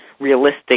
Realistic